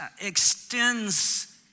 extends